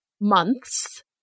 months